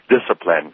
discipline